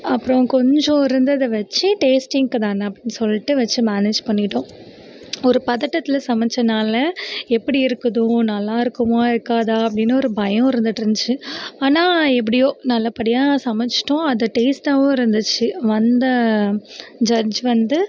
அப்புறம் கொஞ்சம் இருந்ததை வச்சு டேஸ்ட்டிங்க்கு தானே அப்புடினு சொல்லிட்டு வச்சு மேனேஜ் பண்ணிவிட்டோம் ஒரு பதட்டத்தில் சமைச்சனால எப்படி இருக்குதோ நல்லா இருக்குமா இருக்காதா அப்படின்னு ஒரு பயம் இருந்துகிட்ருந்துச்சு ஆனால் எப்படியோ நல்லபடியாக சமைச்சிட்டோம் அது டேஸ்ட்டாகவும் இருந்துச்சு வந்த ஜட்ஜ் வந்து